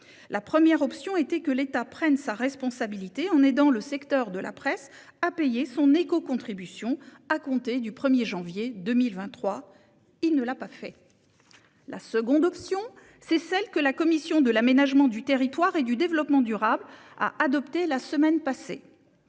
La première option était que l'État prenne sa responsabilité en aidant le secteur de la presse à payer son écocontribution à compter du 1 janvier 2023. Il ne l'a pas fait. La seconde option, c'est celle que la commission de l'aménagement du territoire et du développement durable a adoptée la semaine passée.